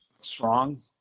strong